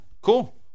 cool